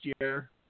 year